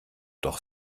doch